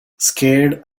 scared